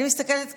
אני מסתכלת,